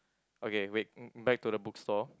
okay wait mm back to the book store